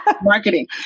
marketing